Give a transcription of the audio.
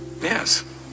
Yes